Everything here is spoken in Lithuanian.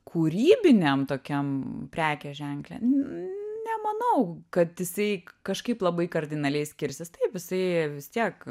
kūrybiniam tokiam prekės ženkle nemanau kad jisai kažkaip labai kardinaliai skirsis taip jisai vis tiek